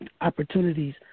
opportunities